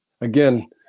again